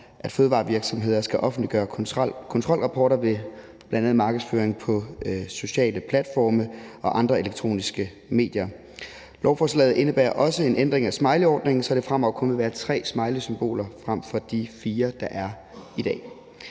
at fødevarevirksomheder skal offentliggøre kontrolrapporter ved bl.a. markedsføring på sociale platforme og andre elektroniske medier. Lovforslaget indebærer også en ændring af smileyordningen, så der fremover kun vil være tre smileysymboler frem for de fire, der er i dag.